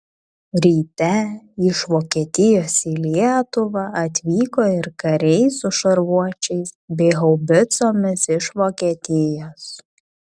ryte iš vokietijos į lietuvą atvyko ir kariai su šarvuočiais bei haubicomis iš vokietijos